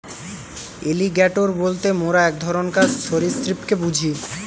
alligator বলতে মোরা এক ধরণকার সরীসৃপকে বুঝি